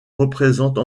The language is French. représente